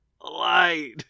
light